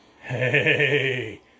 hey